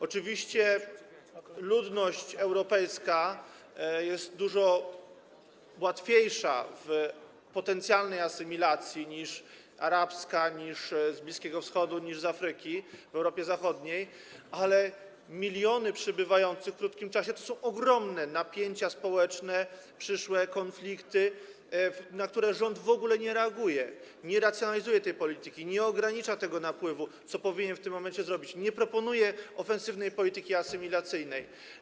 Oczywiście ludność europejska jest dużo łatwiejsza w potencjalnej asymilacji niż arabska, niż z Bliskiego Wschodu, niż z Afryki w Europie Zachodniej, ale miliony przybywających w krótkim czasie to są ogromne napięcia społeczne, przyszłe konflikty, na które rząd w ogóle nie reaguje - nie racjonalizuje tej polityki, nie ogranicza tego napływu, co powinien w tym momencie zrobić, nie proponuje ofensywnej polityki asymilacyjnej.